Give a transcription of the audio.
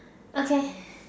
okay